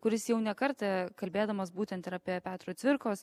kuris jau ne kartą kalbėdamas būtent ir apie petro cvirkos